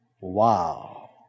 Wow